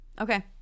Okay